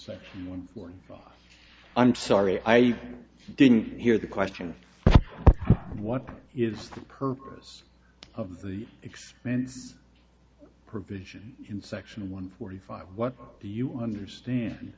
section one forty five i'm sorry i didn't hear the question of what is the purpose of the expense provision in section one forty five what do you understand